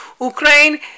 Ukraine